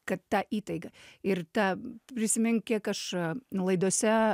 kad ta įtaiga ir ta prisimink kiek aš a laidose